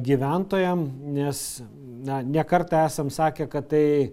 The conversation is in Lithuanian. gyventojam nes na ne kartą esam sakę kad tai